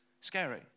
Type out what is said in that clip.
scary